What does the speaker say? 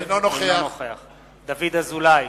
אינו נוכח דוד אזולאי,